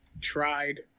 tried